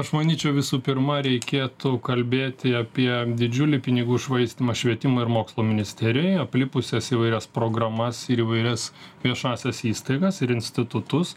aš manyčiau visų pirma reikėtų kalbėti apie didžiulį pinigų švaistymą švietimo ir mokslo ministerijoje aplipusias įvairias programas ir įvairias viešąsias įstaigas ir institutus